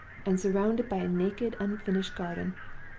and surrounded by a naked, unfinished garden,